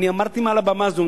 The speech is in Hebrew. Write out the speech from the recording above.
עמדתי מעל הבמה הזאת,